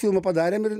filmą padarėm ir